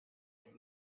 had